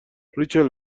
ریچل